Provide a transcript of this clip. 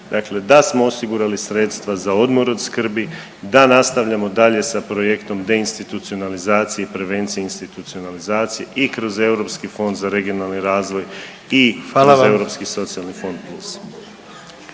dakle da smo osigurali sredstva za odmor od skrbi, da nastavljamo dalje sa projektom deinstitucionalizacije i prevencije institucionalizacije i kroz Europski fond za regionalni razvoj i …/Upadica predsjednik: Hvala